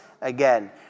again